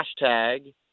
hashtag